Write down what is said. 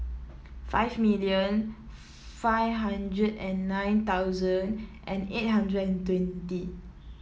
five million five hundred and nine thousand and eight hundred and twenty